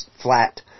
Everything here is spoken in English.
flat